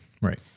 Right